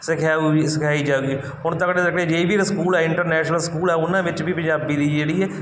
ਸਿਖਿਆਊ ਸਿਖਾਈ ਜਾਊਗੀ ਹੁਣ ਤਕੜੇ ਤਕੜੇ ਜਿਹੜੇ ਵੀ ਸਕੂਲ ਆ ਇੰਟਰਨੈਸ਼ਨਲ ਸਕੂਲ ਹੈ ਉਹਨਾਂ ਵਿੱਚ ਵੀ ਪੰਜਾਬੀ ਦੀ ਜਿਹੜੀ